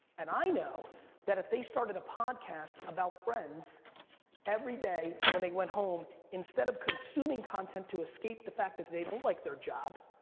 and i know that if they started a podcast about friends everyday when they went home instead of consuming content to escape the fact that they don't like their job,